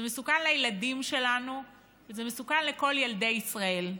זה מסוכן לילדים שלנו וזה מסוכן לכל ילדי ישראל.